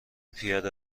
پیاده